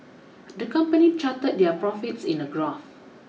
the company charted their profits in a graph